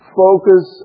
focus